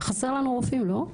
חסרים לנו רופאים, לא?